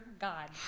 God